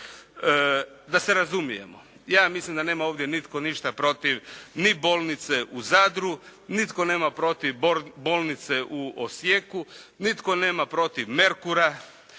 Da se razumijemo. Ja mislim da nema ovdje nitko ništa protiv ni bolnice u Zadru, nitko nema protiv bolnice u Osijeku, nitko nema protiv "Merkura",